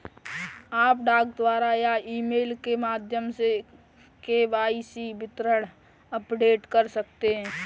आप डाक द्वारा या ईमेल के माध्यम से के.वाई.सी विवरण अपडेट कर सकते हैं